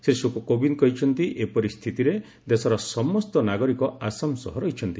ଶ୍ରୀ କୋବିନ୍ଦ କହିଛନ୍ତି ଏପରି ସ୍ଥିତିରେ ଦେଶର ସମସ୍ତ ନାଗରିକ ଆସାମ ସହ ରହିଛନ୍ତି